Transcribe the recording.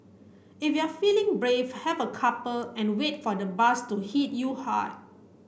if you're feeling brave have a couple and wait for the buzz to hit you hard